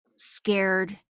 scared